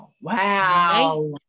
wow